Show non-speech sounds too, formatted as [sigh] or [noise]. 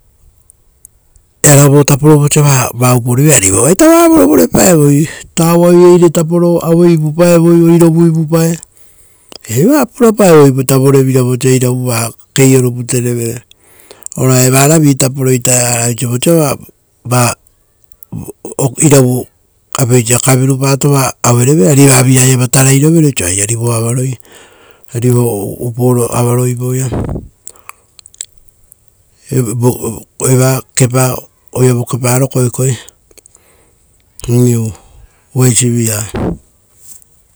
Earaga vo taporo vosa va, va upo rivere, ari evoa vaita va vurevure pae voi. Tauai vaire taporo aue iva pae voi oirovu ivu pae, eva pura pae voita vorevira vosa iravu vaita keioro pute reve. Ora eva ravi taporo ita evara oiso vosa va- va [noise] iravu kavirupato va revere, ari eva viraga tarai rovere oiso ari vo ava roi, ari o uporo avaroi voia, eva oira vokeparo koekoe, iuu. Uva eisi via.